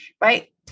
Right